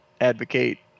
advocate